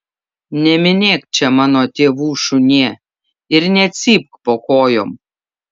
neminėk čia mano tėvų šunie ir necypk po kojom